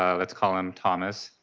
ah let's call him thomas.